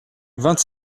vingt